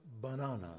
banana